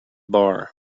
bar